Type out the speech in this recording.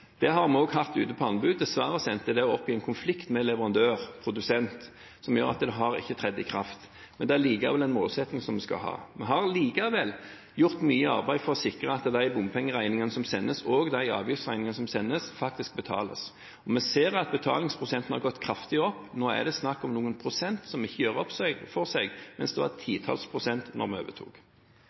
Det har vi også hatt ute på anbud. Dessverre endte det opp i en konflikt med leverandør/produsent som gjør at det ikke har trådt i kraft, men det er allikevel en målsetting vi skal ha. Vi har likevel gjort mye arbeid for å sikre at de bompengeregningene og de avgiftsregningene som sendes, faktisk betales, og vi ser at betalingsprosenten har gått kraftig opp. Nå er det snakk om noen prosent som ikke gjør opp for seg, mens det var titalls prosent da vi overtok.